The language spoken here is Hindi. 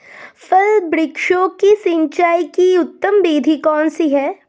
फल वृक्षों की सिंचाई की उत्तम विधि कौन सी है?